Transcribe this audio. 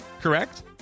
correct